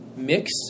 mix